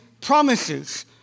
promises